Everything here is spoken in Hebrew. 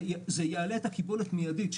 זה יעלה את הקיבולת מיידית,